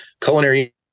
Culinary